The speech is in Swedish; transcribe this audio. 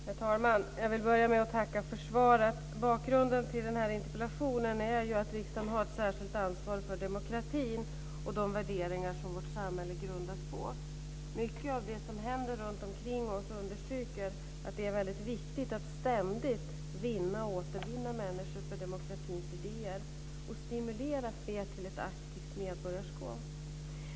Herr talman! Jag vill börja med att tacka för svaret. Bakgrunden till den här interpellationen är att riksdagen har ett särskilt ansvar för demokratin och de värderingar som vårt samhälle grundas på. Mycket av det som händer runt omkring oss understryker att det är väldigt viktigt att ständigt vinna och återvinna människor för demokratins idéer och stimulera fler till ett aktivt medborgarskap.